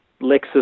Lexus